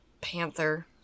Panther